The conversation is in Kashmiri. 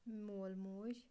مول موج